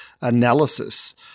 analysis